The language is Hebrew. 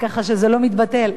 כך שזה לא מתבטל,